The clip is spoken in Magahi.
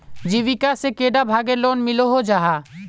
जीविका से कैडा भागेर लोन मिलोहो जाहा?